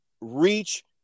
reach